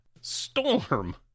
Storm